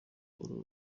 uru